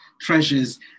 treasures